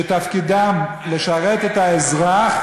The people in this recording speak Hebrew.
שתפקידם לשרת את האזרח,